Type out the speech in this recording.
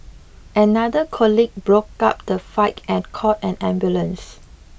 another colleague broke up the fight and called an ambulance